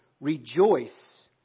Rejoice